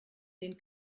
den